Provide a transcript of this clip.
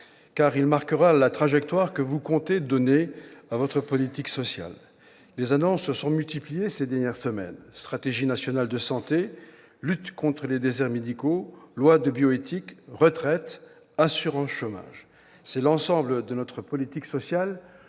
car il marquera la trajectoire que vous comptez donner à votre politique sociale, madame la ministre. Les annonces se sont multipliées ces dernières semaines : stratégie nationale de santé, lutte contre les déserts médicaux, lois de bioéthique, retraites, assurance chômage. C'est l'ensemble de notre politique sociale